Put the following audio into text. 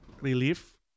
relief